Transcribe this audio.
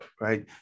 Right